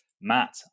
Matt